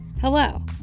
Hello